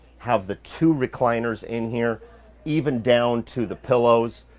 have the two recliners in here even down to the pillows,